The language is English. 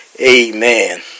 Amen